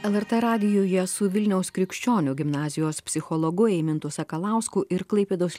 lrt radijuje su vilniaus krikščionių gimnazijos psichologu įmintu sakalausku ir klaipėdos